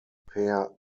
per